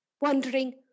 wondering